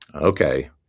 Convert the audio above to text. Okay